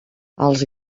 els